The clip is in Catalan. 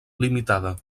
limitada